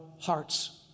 hearts